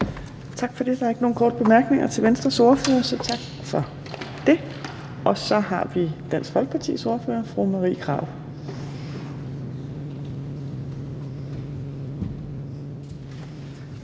Tak for det. Der er ikke nogen korte bemærkninger til Venstres ordfører. Så er det Dansk Folkepartis ordfører, fru Marie Krarup.